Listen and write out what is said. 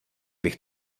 bych